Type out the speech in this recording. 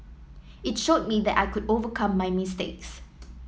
it showed me that I could overcome my mistakes